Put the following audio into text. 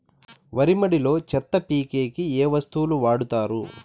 వరి మడిలో చెత్త పీకేకి ఏ వస్తువులు వాడుతారు?